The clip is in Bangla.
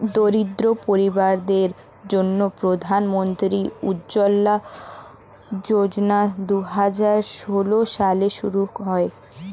দরিদ্র পরিবারদের জন্যে প্রধান মন্ত্রী উজ্জলা যোজনা দুহাজার ষোল সালে শুরু হয়